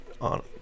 on